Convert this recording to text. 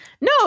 No